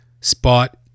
spot